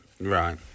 Right